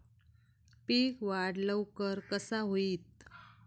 पीक वाढ लवकर कसा होईत?